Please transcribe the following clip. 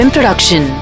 Production